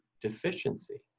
deficiency